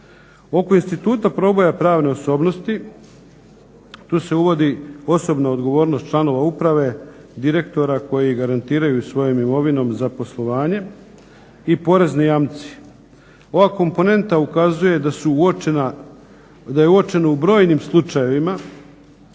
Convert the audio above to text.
Oko instituta proboja pravne osobnosti tu se uvodi osobna odgovornost članova uprave, direktora koji garantiraju svojom imovinom za poslovanje i porezni jamci. Ova komponenta ukazuje da je uočeno u brojnim slučajevima